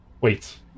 Wait